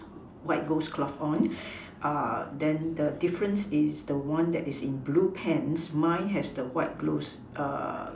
white ghost cloth on then the difference is the one that's in blue pants mine is in white ghost